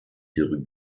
sur